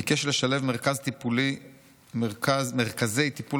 ביקש לשלב מרכז טיפולי ומרכזי טיפול